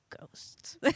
ghosts